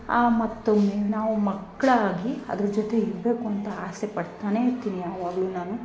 ಆ ಮತ್ತೊಮ್ಮೆ ನಾವು ಮಕ್ಕಳಾಗಿ ಅದ್ರ ಜೊತೆಗೆ ಇರಬೇಕು ಅಂತ ಆಸೆ ಪಡ್ತಾನೇ ಇರ್ತೀನಿ ಯಾವಾಗಲೂ ನಾನು